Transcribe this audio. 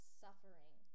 suffering